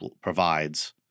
Provides